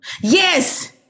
Yes